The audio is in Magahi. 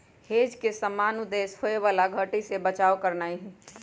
हेज के सामान्य उद्देश्य होयबला घट्टी से बचाव करनाइ हइ